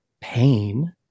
pain